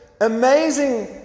amazing